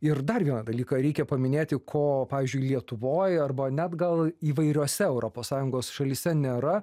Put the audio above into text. ir dar vieną dalyką reikia paminėti ko pavyzdžiui lietuvoj arba net gal įvairiose europos sąjungos šalyse nėra